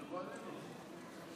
כן,